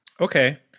Okay